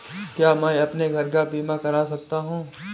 क्या मैं अपने घर का बीमा करा सकता हूँ?